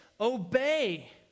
obey